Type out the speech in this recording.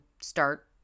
start